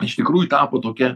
iš tikrųjų tapo tokia